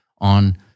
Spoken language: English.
on